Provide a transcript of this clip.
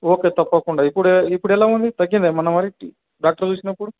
okay తప్పకుండా ఇప్పుడు ఇప్పుడు ఎలా ఉంది తగ్గిందా ఏమన్నా మరి డాక్టర్ చూసినప్పుడు